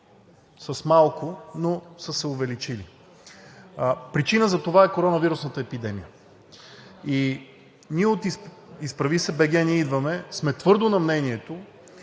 с малко, но са се увеличили. Причина за това е коронавирусната епидемия. Ние от „Изправи се БГ! Ние идваме!“ сме твърдо на мнението,